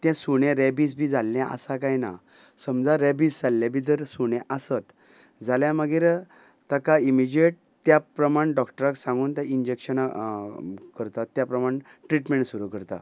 तें सुणें रेबीस बी जाल्लें आसा कांय ना समजा रेबीस जाल्लें बी जर सुणें आसत जाल्या मागीर ताका इमिजियेट त्या प्रमाण डॉक्टराक सांगून तें इंजेक्शनां करतात त्या प्रमाण ट्रिटमेंट सुरू करता